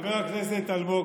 חבר הכנסת אלמוג,